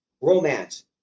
romance